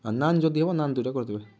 ଆଉ ନାନ୍ ଯଦି ହବ ନାନ୍ ଦୁଇଟା କରି ଦେବେ